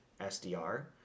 SDR